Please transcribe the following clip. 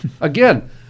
Again